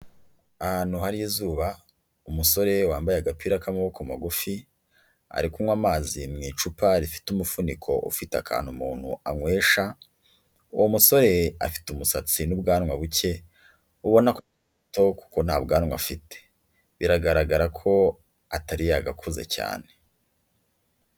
Ahantu hari izuba, umusore wambaye agapira k'amaboko magufi, ari kunywa amazi mu icupa rifite umufuniko ufite akantu umuntu anywesha, uwo musore afite umusatsi n'ubwanwa buke, ubona ko nta bwanwa afite, biragaragara ko atari yagakuze cyane.